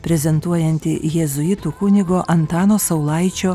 prezentuojanti jėzuitų kunigo antano saulaičio